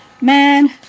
man